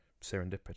serendipitous